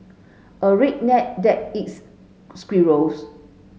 a redneck that eats squirrels